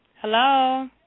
Hello